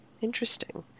Interesting